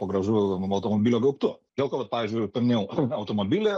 po gražiu automobilio gaubtu dėl ko vat pavyzdžiui ir paminėjau automobilį